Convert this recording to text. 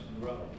grow